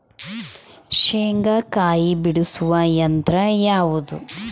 ಶೇಂಗಾಕಾಯಿ ಬಿಡಿಸುವ ಯಂತ್ರ ಯಾವುದು?